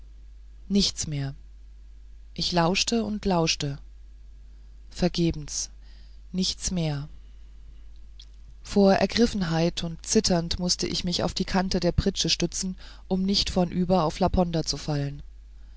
nichts mehr ich lauschte und lauschte vergebens nichts mehr vor ergriffenheit und zittern mußte ich mich auf die kante der pritsche stützen um nicht vornüber auf laponder zu fallen